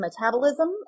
metabolism